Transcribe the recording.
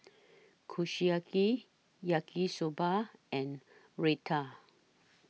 Kushiyaki Yaki Soba and Raita